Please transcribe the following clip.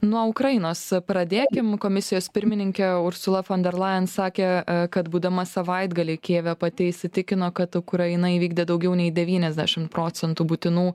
nuo ukrainos pradėkim komisijos pirmininkė ursula von der layen sakė kad būdama savaitgalį kijeve pati įsitikino kad ukraina įvykdė daugiau nei devyniasdešim procentų būtinų